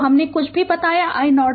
तो हमने जो कुछ भी बताया iNorton iSC